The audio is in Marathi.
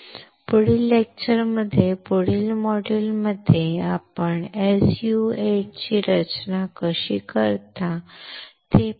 पुढील लेक्चरमध्ये पुढील मॉड्यूलमध्ये आपण SU 8 ची रचना कशी करू शकता ते पाहू